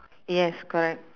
yes correct